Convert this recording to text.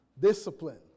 Discipline